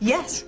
Yes